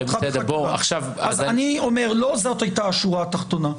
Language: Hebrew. אז אני אומר, לא זאת הייתה השורה התחתונה.